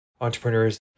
entrepreneurs